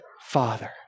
father